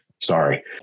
Sorry